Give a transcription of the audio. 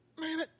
Man